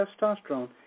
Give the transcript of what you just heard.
testosterone